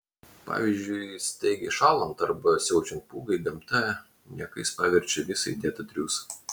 pavyzdžiui staigiai šąlant arba siaučiant pūgai gamta niekais paverčia visą įdėtą triūsą